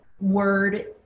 word